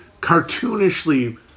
cartoonishly